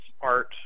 art